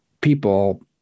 people